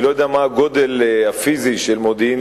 אני לא יודע מה הגודל הפיזי של מודיעין-עילית,